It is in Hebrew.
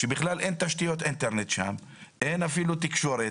שם אין תשתיות אינטרנט ואין תקשורת.